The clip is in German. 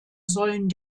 sollen